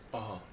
(uh huh)